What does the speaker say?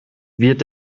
wird